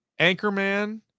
Anchorman